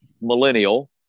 millennial